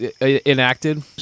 enacted